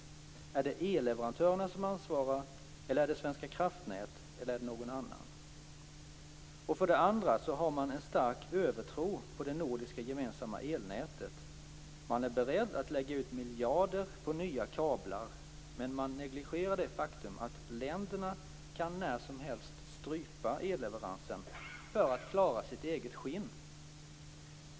Är det elleverantörerna som ansvarar eller är det Svenska kraftnät eller är det någon annan? För det andra har man en stark övertro på det nordiska gemensamma elnätet. Man är beredd att lägga ut miljarder på nya kablar, men man negligerar det faktum att länderna kan när som helst strypa elleveransen för att klara sitt eget skinn.